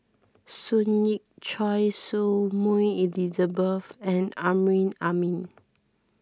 Sun Yee Choy Su Moi Elizabeth and Amrin Amin